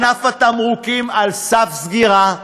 ענף התמרוקים על סף סגירה,